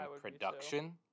production